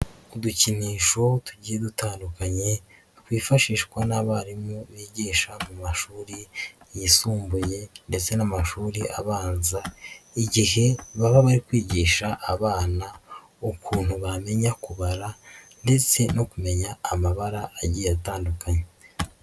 Udukinisho tugiye dutandukanye twifashishwa n'abarimu bigisha mu mashuri yisumbuye ndetse n'amashuri abanza igihe baba bari kwigisha abana ukuntu bamenya kubara ndetse no kumenya amabara agiye atandukanye.